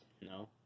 No